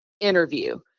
interview